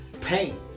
paint